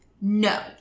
no